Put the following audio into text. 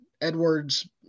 Edwards